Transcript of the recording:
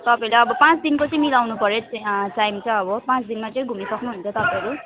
तपाईँले अब पाँच दिनको चाहिँ मिलाउनुपर्यो टाइम चाहिँ अब पाँच दिनमा चाहिँ घुमिसक्नुहुन्छ तपाईँहरू